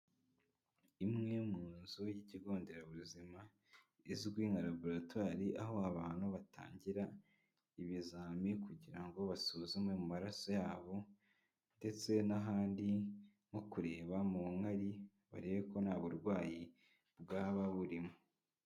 Imwe mu nzu y'ikigo nderabuzima, izwi nka laboratware, aho abantu batangira ibizami kugira ngo basuzume mu maraso yabo, ndetse n'ahandi nko kureba mu nkari, barebe ko nta burwayi bwaba burimo.